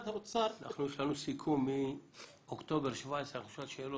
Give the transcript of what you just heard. יש לנו סיכום מאוקטובר 2017. אנחנו נשאל שאלות,